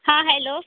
हाँ हैलो